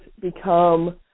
become